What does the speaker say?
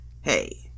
Hey